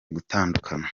gutandukana